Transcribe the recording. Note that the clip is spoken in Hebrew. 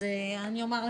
אז אני אומר לך,